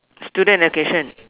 student education